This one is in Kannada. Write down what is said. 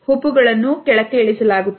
ಹುಬ್ಬುಗಳನ್ನು ಕೆಳಕ್ಕೆ ಇಳಿಸಲಾಗುತ್ತದೆ